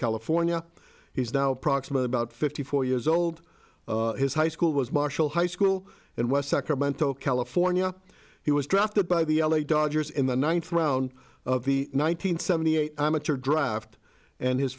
california he's now proximate about fifty four years old his high school was marshall high school and west sacramento california he was drafted by the l a dodgers in the ninth round of the one nine hundred seventy eight amateur draft and his